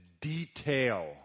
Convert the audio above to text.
detail